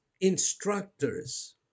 instructors